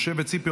משה וציפי,